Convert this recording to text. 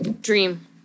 Dream